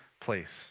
place